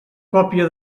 còpia